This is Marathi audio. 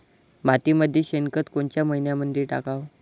मातीमंदी शेणखत कोनच्या मइन्यामंधी टाकाव?